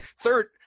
Third